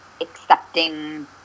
accepting